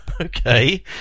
Okay